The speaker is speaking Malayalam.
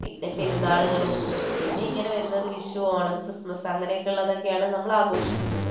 പിന്നെ പെരുന്നാളുകൾ പിന്നെ ഇങ്ങനെ വരുന്നത് വിഷു ഓണം ക്രിസ്മസ് അങ്ങനെയൊക്കെ ഉള്ളതൊക്കെയാണ് നമ്മൾ ആഘോഷിക്കുന്നത്